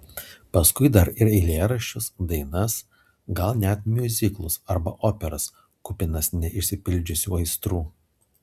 paskui dar ir eilėraščius dainas gal net miuziklus arba operas kupinas neišsipildžiusių aistrų